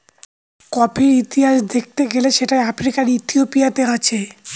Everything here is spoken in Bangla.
কফির ইতিহাস দেখতে গেলে সেটা আফ্রিকার ইথিওপিয়াতে আছে